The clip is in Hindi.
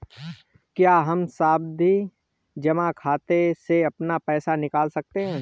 क्या हम सावधि जमा खाते से अपना पैसा निकाल सकते हैं?